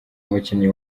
umukinnyi